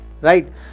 right